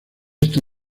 esta